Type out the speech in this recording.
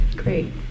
Great